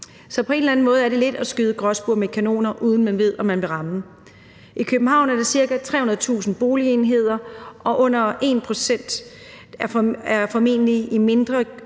Så på en eller anden måde er det lidt at skyde gråspurve med kanoner uden at vide, om man vil ramme. I København er det ca. 43.000 boligenheder, og under 1 pct. står formentlig tomme